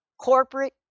Corporate